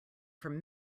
from